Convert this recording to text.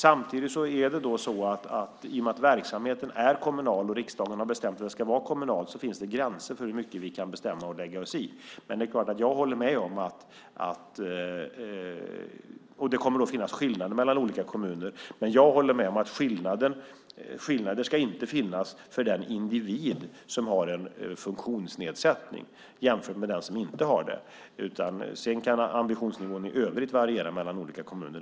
Samtidigt är det så att i och med att verksamheten är kommunal och riksdagen har bestämt att den ska vara kommunal finns det gränser för hur mycket vi ska bestämma om och lägga oss i. Det kommer att finnas skillnader mellan olika kommuner. Men jag håller med om att skillnader inte ska finnas för den individ som har en funktionsnedsättning jämfört med den som inte har det. Ambitionsnivån i övrigt kan variera mellan olika kommuner.